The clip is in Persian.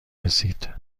رسید